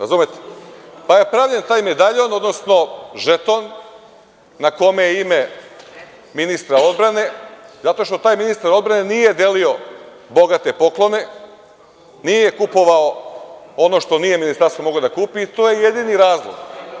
Razumete, pa je pravljen taj medaljon, odnosno žeton na kome je ime ministra odbrane, zato što taj ministar odbrane nije delio bogate poklone, nije kupovao ono što Ministarstvo nije moglo da kupi i to je jedini razlog.